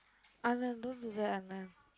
Anand don't do that Anand